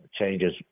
changes